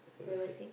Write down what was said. level six